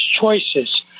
choices